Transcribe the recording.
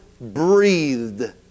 breathed